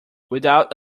without